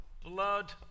Blood